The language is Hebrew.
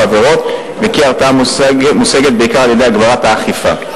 עבירות וכי הרתעה מושגת בעיקר על-ידי הגברת האכיפה.